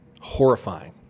horrifying